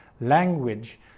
language